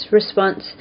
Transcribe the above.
response